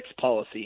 policy